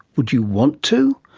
would you want to?